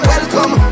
Welcome